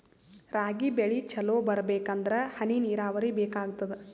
ರಾಗಿ ಬೆಳಿ ಚಲೋ ಬರಬೇಕಂದರ ಹನಿ ನೀರಾವರಿ ಬೇಕಾಗತದ?